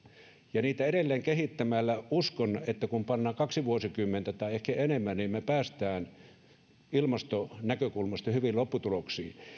ja uskon että niitä edelleen kehittämällä kun pannaan kaksi vuosikymmentä tai ehkä enemmän niin me pääsemme ilmastonäkökulmasta hyviin lopputuloksiin